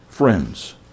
friends